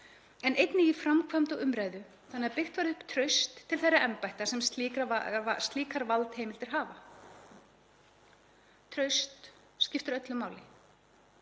einnig í framkvæmd og umræðu þannig að byggt verði upp traust til þeirra embætta sem slíkar valdheimildir hafa. Traust skiptir öllu máli.